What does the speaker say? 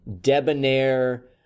debonair